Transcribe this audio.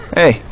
hey